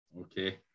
Okay